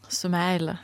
su meile